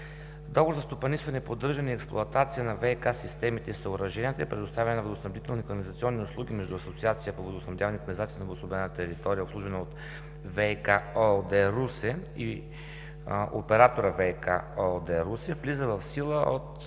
договор за стопанисване, поддържане и експлоатация на ВиК системите и съоръженията и предоставяне на водоснабдителни и канализационни услуги между Асоциация по водоснабдяване и канализация на обособената територия, обслужвана от ВиК ООД-Русе, и оператора ВиК ООД-Русе, е влязъл в сила от